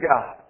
God